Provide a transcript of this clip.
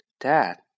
Dad